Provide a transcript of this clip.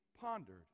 pondered